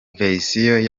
version